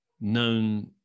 known